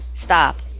Stop